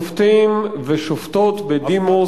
שופטים ושופטות בדימוס,